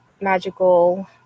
magical